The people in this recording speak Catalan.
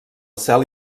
cel